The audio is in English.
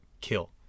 kill